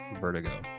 vertigo